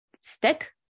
stick